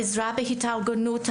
העזרה בהתארגנות,